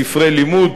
ספרי לימוד,